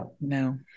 no